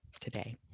today